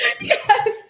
Yes